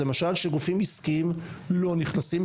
למשל שגופים עסקיים לא נכנסים.